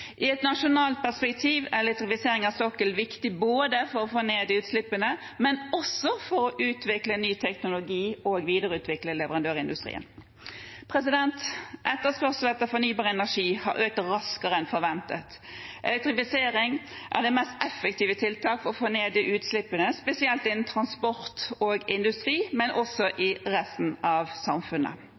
I et nasjonalt perspektiv er elektrifisering av sokkelen viktig både for å få ned utslippene og for å utvikle ny teknologi og videreutvikle leverandørindustrien. Etterspørselen etter fornybar energi har økt raskere enn forventet. Elektrifisering er det mest effektive tiltaket for å få ned utslippene, spesielt innen transport og industri, men også i resten av samfunnet.